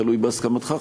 תלוי בהסכמתך,